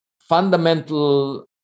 fundamental